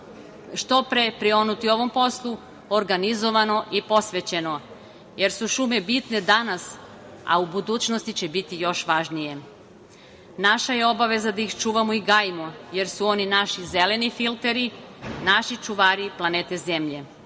što pre prionuti ovom poslu organizovano i posvećeno, jer su šume bitne danas, a u budućnosti će biti još važnije. Naša je obaveza da ih čuvamo i gajimo, jer su oni naši zeleni filteri, naši čuvari planete Zemlje. Na